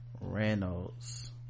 Reynolds